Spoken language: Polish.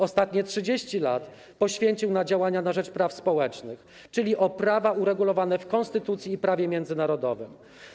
Ostatnie 30 lat poświęcił na działania na rzecz praw społecznych, czyli na rzecz praw uregulowanych w konstytucji i prawie międzynarodowym.